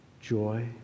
joy